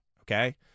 okay